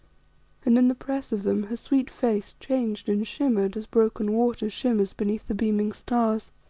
and in the press of them her sweet face changed and shimmered as broken water shimmers beneath the beaming stars.